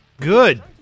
Good